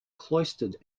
cloistered